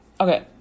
okay